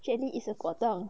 jelly is a 果冻